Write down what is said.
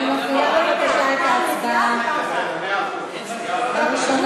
גם ועדה וגם